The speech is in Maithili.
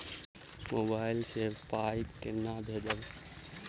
मोबाइल सँ पाई केना भेजब?